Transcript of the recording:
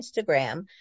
Instagram